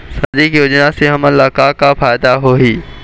सामाजिक योजना से हमन ला का का फायदा होही?